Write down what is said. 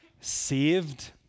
saved